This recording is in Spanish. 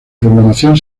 programación